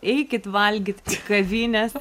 eikit valgyt į kavines